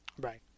right